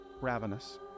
ravenous